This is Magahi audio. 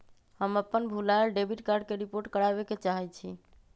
हम अपन भूलायल डेबिट कार्ड के रिपोर्ट करावे के चाहई छी